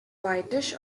whitish